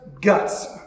guts